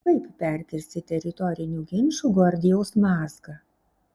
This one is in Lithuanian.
kaip perkirsti teritorinių ginčų gordijaus mazgą